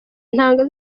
intanga